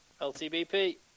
LTBP